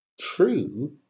true